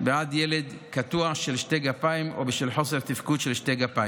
כמו ילד קטוע שתי גפיים או בשל חוסר תפקוד של שתי גפיים.